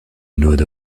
erneut